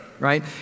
right